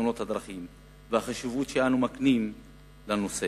בתאונות הדרכים והחשיבות שאנו מקנים לנושא.